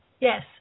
Yes